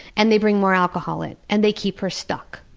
and they bring more alcohol in, and they keep her stuck.